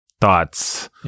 thoughts